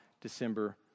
December